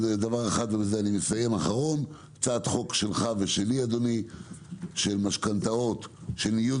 יש הצעת חוק שלך ושלי אדוני של משכנתאות של ניודן